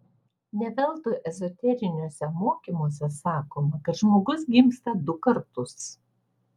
ne veltui ezoteriniuose mokymuose sakoma kad žmogus gimsta du kartus